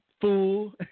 Fool